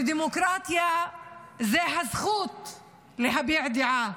שדמוקרטיה היא הזכות להביע דעה